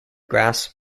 grass